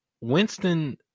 Winston